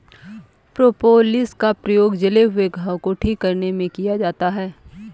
propolis का प्रयोग जले हुए घाव को ठीक करने में किया जाता है